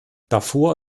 darfur